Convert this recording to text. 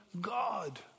God